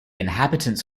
inhabitants